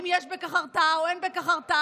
אם יש בכך הרתעה או אין בכך הרתעה,